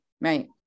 right